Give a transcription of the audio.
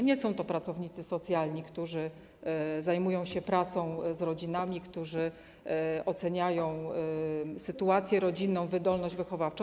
Nie są to pracownicy socjalni, którzy zajmują się pracą z rodzinami, którzy oceniają sytuację rodzinną, wydolność wychowawczą.